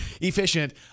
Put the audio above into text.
efficient